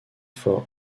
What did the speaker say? for